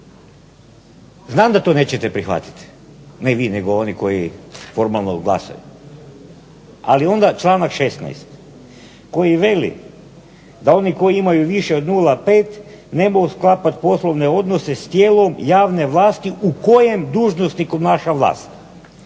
Znam da to nećete prihvatiti, ne vi nego oni koji formalno glasaju. Ali onda članak 16. koji veli da oni koji imaju više od 0,5 ne mogu sklapati poslovne odnose s tijelom javne vlasti u kojem dužnosnik obnaša vlast.